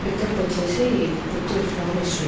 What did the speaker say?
pickup వచ్చేసి Puttur Swami street